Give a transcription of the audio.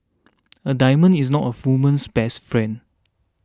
a diamond is not a woman's best friend